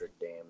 dam